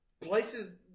places